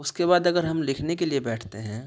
اس کے بعد اگر ہم لکھنے کے لیے بیٹھتے ہیں